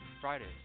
Fridays